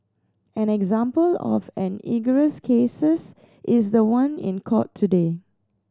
an example of an egregious cases is the one in court today